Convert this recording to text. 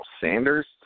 Sanders